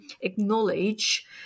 acknowledge